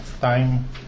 time